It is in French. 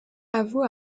avoue